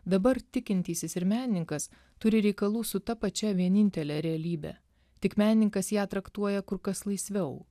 dabar tikintysis ir menininkas turi reikalų su ta pačia vienintele realybe tik menininkas ją traktuoja kur kas laisviau